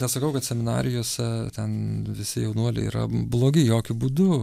nesakau kad seminarijose ten visi jaunuoliai yra blogi jokiu būdu